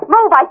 Move